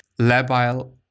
labile